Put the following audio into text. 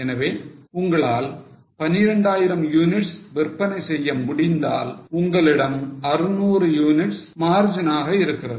எனவே உங்களால் 12000 units விற்பனை செய்ய முடிந்ததால் உங்களிடம் 600 units margin ஆக இருக்கிறது